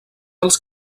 als